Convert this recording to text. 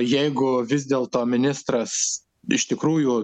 jeigu vis dėlto ministras iš tikrųjų